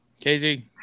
KZ